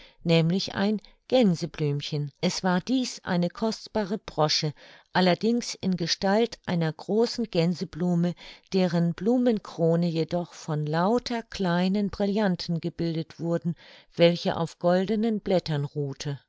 nämlich ein gänseblümchen es war dies eine kostbare broche allerdings in gestalt einer großen gänseblume deren blumenkrone jedoch von lauter kleinen brillanten gebildet wurde welche auf goldenen blättern ruhte